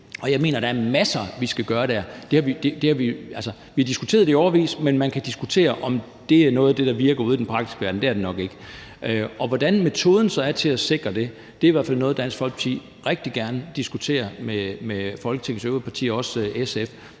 Og jeg mener, der er masser, vi skal gøre der. Vi har talt om det i årevis, men man kan diskutere, om det er noget af det, der virker ude i den praktiske verden – det er det nok ikke. Og hvilken metode der skal til for at sikre det, er i hvert fald noget, Dansk Folkeparti rigtig gerne vil diskutere med Folketingets øvrige partier og også med